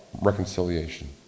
reconciliation